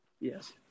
yes